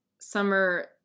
summer